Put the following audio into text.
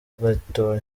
gatoya